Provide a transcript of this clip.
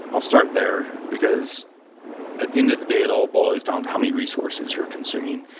i'll start there because at the end of the day it all boils down to how many resources you're consuming,